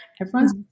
everyone's